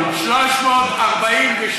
2,342,